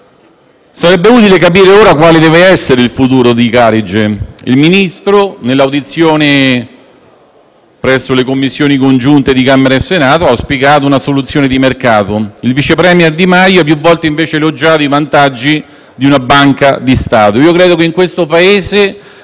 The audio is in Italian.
Sarebbe utile capire ora quale deve essere il futuro di Carige. Il Ministro, nell'audizione presso le Commissioni congiunte di Camera e Senato, ha auspicato una soluzione di mercato. Il vice *premier* Di Maio ha invece più volte elogiato i vantaggi di una banca di Stato. Credo che, alla luce